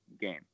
game